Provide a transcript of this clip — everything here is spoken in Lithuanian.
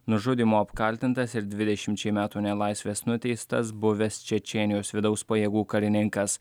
nužudymu apkaltintas ir dvidešimčiai metų nelaisvės nuteistas buvęs čečėnijos vidaus pajėgų karininkas